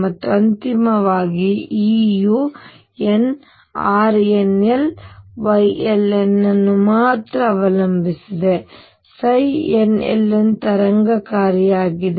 ಮತ್ತು ಅಂತಿಮವಾಗಿ E ಯು n RnlYln ಅನ್ನು ಮಾತ್ರ ಅವಲಂಬಿಸಿದೆ nln ತರಂಗ ಕಾರ್ಯ ಆಗಿದೆ